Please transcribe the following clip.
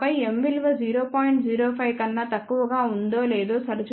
05 కన్నా తక్కువగా ఉందా లేదో సరిచూసుకోండి